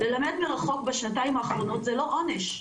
ללמד מרחוק בשנתיים האחרונות זה לא עונש.